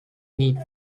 need